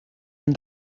then